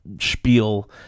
spiel